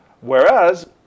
Whereas